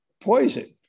poison